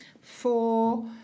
four